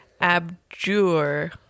Abjure